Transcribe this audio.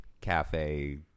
cafe